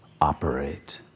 operate